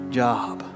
job